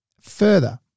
Further